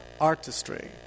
artistry